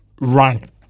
run